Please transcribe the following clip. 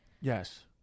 yes